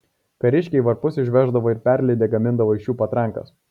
kariškiai varpus išveždavo ir perlydę gamindavo iš jų patrankas